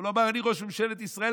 אבל הוא אמר: אני ראש ממשלת ישראל,